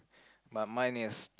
my mind is